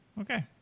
Okay